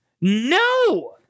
No